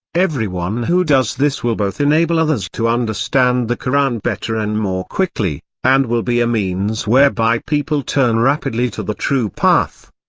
everyone who does this will both enable others to understand the koran better and more quickly, and will be a means whereby people turn rapidly to the true path.